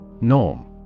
Norm